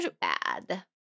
bad